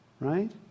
right